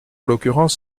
l’occurrence